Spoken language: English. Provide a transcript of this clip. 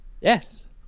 yes